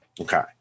Okay